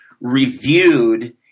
reviewed